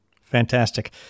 Fantastic